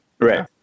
Right